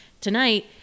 tonight